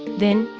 then,